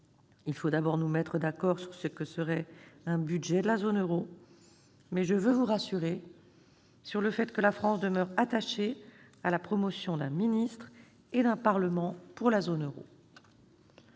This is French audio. il faut d'abord que nous nous mettions d'accord sur ce que serait un budget de la zone euro. Mais je veux vous rassurer sur le fait que la France demeure attachée à la promotion d'un ministre et d'un Parlement pour la zone euro.